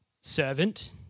servant